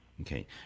Okay